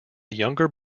younger